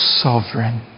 sovereign